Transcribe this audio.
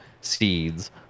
seeds